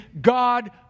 God